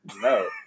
no